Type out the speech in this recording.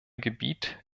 gebiet